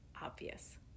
obvious